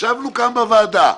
ישבנו כאן בוועדה,